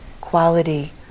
quality